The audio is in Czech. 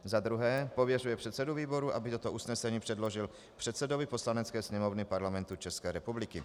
II. pověřuje předsedu výboru, aby toto usnesení předložil předsedovi Poslanecké sněmovny Parlamentu České republiky.